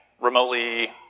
remotely